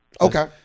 okay